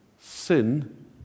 sin